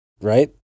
right